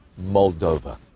Moldova